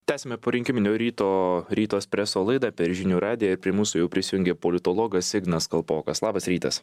tęsiame porinkiminio ryto ryto espreso laidą per žinių radiją prie mūsų jau prisijungė politologas ignas kalpokas labas rytas